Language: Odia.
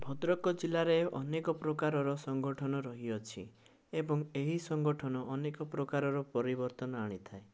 ଭଦ୍ରକ ଜିଲ୍ଲାରେ ଅନେକ ପ୍ରକାରର ସଂଗଠନ ରହିଅଛି ଏବଂ ଏହି ସଂଗଠନ ଅନେକ ପ୍ରକାରର ପରିବର୍ତ୍ତନ ଆଣିଥାଏ